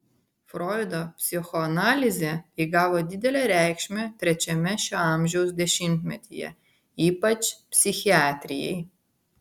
froido psichoanalizė įgavo didelę reikšmę trečiame šio amžiaus dešimtmetyje ypač psichiatrijai